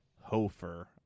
Hofer